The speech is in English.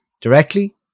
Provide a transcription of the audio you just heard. directly